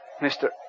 Mister